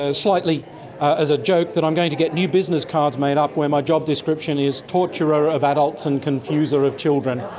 ah slightly as a joke, that i'm going to get new business cards made up where my job description is torturer of adults and confuser of children.